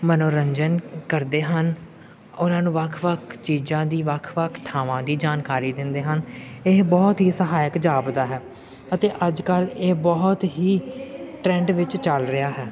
ਮਨੋਰੰਜਨ ਕਰਦੇ ਹਨ ਉਹਨਾਂ ਨੂੰ ਵੱਖ ਵੱਖ ਚੀਜ਼ਾਂ ਦੀ ਵੱਖ ਵੱਖ ਥਾਵਾਂ ਦੀ ਜਾਣਕਾਰੀ ਦਿੰਦੇ ਹਨ ਇਹ ਬਹੁਤ ਹੀ ਸਹਾਇਕ ਜਾਪਦਾ ਹੈ ਅਤੇ ਅੱਜ ਕੱਲ੍ਹ ਇਹ ਬਹੁਤ ਹੀ ਟਰੈਂਡ ਵਿੱਚ ਚੱਲ ਰਿਹਾ ਹੈ